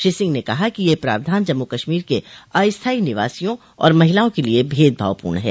श्री सिंह ने कहा कि यह प्रावधान जम्मू कश्मीर के अस्थाई निवासियों और महिलाओं के लिए भेदभावपूर्ण है